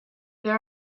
there